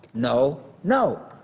no, no.